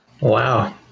Wow